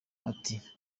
ati